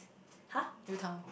!huh!